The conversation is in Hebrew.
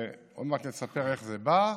עוד מעט נספר איך זה בא,